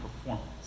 performance